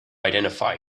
identify